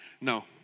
No